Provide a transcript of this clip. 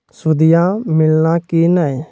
सुदिया मिलाना की नय?